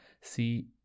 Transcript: See